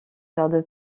tarde